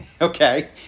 okay